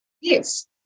Yes